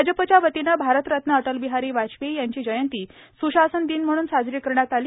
भाजपच्या वतीने भारतरत्न अटलबिहारी वाजपेयी यांची जयंती स्शासन दिन म्हणून साजरी करण्यात आली